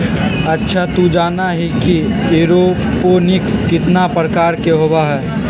अच्छा तू जाना ही कि एरोपोनिक्स कितना प्रकार के होबा हई?